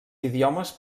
idiomes